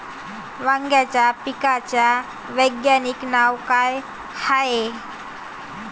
वांग्याच्या पिकाचं वैज्ञानिक नाव का हाये?